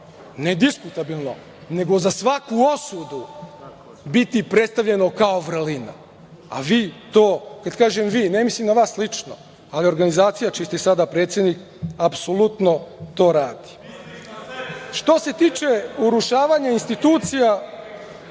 ne diskutabilno, nego za svaku osudu, biti predstavljeno kao vrlina, a vi to, kad kažem vi, ne mislim na vas lično, ali organizacija čiji ste sada predsednik apsolutno to radi. Što se tiče urušavanja institucija